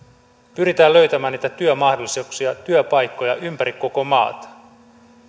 pyritään löytämään niitä työmahdollisuuksia työpaikkoja ympäri koko maata